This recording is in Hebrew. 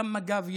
גם מג"ב,